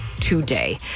today